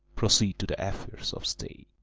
proceed to the affairs of state.